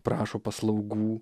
prašo paslaugų